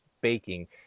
baking